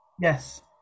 Yes